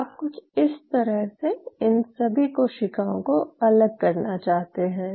आप कुछ इस तरह से इन सभी कोशिकाओं को अलग करना चाहते हैं